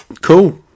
Cool